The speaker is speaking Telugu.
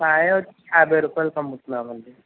కాయవచ్చి యాభై రూపాయలకు అమ్ముతున్నామండి